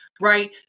right